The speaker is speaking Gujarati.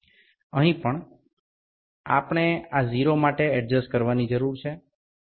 અહીં પણ આપણે આ 0 માટે એડજસ્ટ કરવાની જરૂર છે